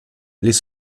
les